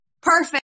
perfect